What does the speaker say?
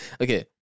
okay